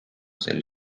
sel